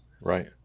right